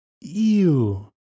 Ew